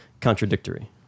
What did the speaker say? contradictory